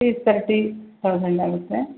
fees thirty thousand ಆಗುತ್ತೆ